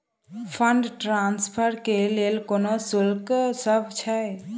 Fund transfer केँ लेल कोनो शुल्कसभ छै?